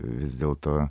vis dėl to